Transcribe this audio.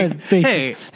hey